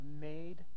made